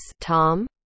Tom